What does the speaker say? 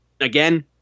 Again